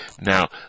Now